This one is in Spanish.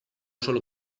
sólo